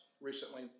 recently